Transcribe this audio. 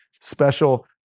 special